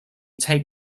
take